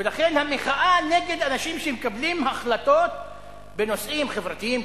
ולכן המחאה היא נגד אנשים שמקבלים החלטות בנושאים חברתיים,